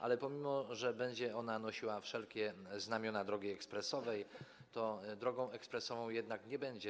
Ale pomimo że będzie ona nosiła wszelkie znamiona drogi ekspresowej, to drogą ekspresową jednak nie będzie.